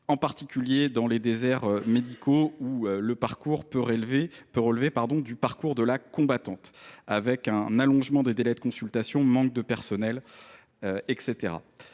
en particulier dans les déserts médicaux, où cela peut relever du parcours de la combattante du fait d’un allongement des délais de consultation, d’un manque de personnel, etc.